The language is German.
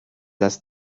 das